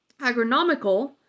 Agronomical